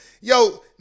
Yo